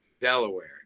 delaware